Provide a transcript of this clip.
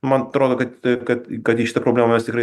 man atrodo kad kad kad į šitą problemą mes tikrai